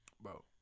bro